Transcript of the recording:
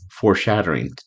foreshadowing